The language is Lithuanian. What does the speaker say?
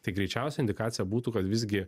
tai greičiausiai indikacija būtų kad visgi